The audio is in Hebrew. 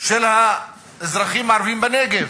של האזרחים הערבים בנגב.